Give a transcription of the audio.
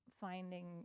finding